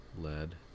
lead